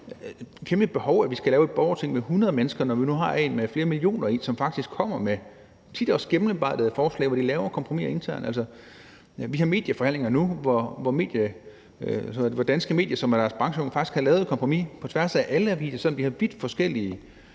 som et kæmpe behov, at vi skal lave et borgerting med 100 mennesker, når vi nu har et med flere millioner, som faktisk kommer med forslag, tit også gennemarbejdede forslag, hvor de laver kompromiser internt. Altså, vi har medieforhandlinger nu, hvor Danske Medier, som er deres brancheorganisation, faktisk har lavet et kompromis på tværs af alle aviser, selv om de har vidt forskellige